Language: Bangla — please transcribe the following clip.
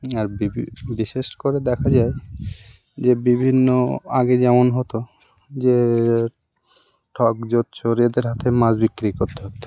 আর বি বিশেষ করে দেখা যায় যে বিভিন্ন আগে যেমন হতো যে ঠক জোচ্চোর এদের হাতে মাছ বিক্রি করতে হতো